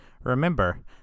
Remember